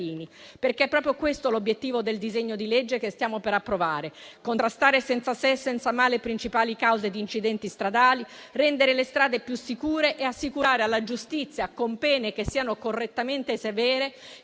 perché è proprio questo l'obiettivo del disegno di legge che stiamo per approvare: contrastare senza se e senza ma le principali cause di incidenti stradali, rendere le strade più sicure e assicurare alla giustizia, con pene che siano correttamente severe,